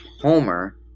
Homer